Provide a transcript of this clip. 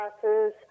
classes